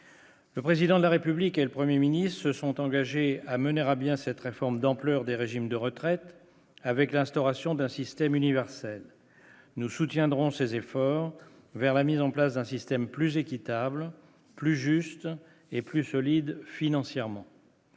Le président de la République et le 1er ministre se sont engagés à mener à bien cette réforme d'ampleur des régimes de retraites, avec l'instauration d'un système universel, nous soutiendrons ces efforts vers la mise en place d'un système plus équitable, plus juste et plus solides financièrement.